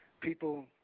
people